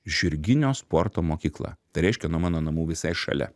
žirginio sporto mokykla tai reiškia nuo mano namų visai šalia